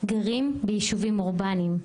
גרים בישובים אורבניים,